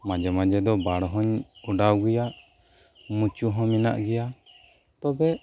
ᱢᱟᱡᱷᱮ ᱢᱟᱡᱷᱮ ᱫᱚ ᱵᱟᱲ ᱦᱚᱸᱧ ᱮᱰᱟᱣ ᱜᱮᱭᱟ ᱢᱩᱪᱩ ᱦᱚᱸ ᱢᱮᱱᱟᱜ ᱜᱮᱭᱟ ᱛᱚᱵᱮ